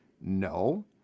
No